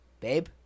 Babe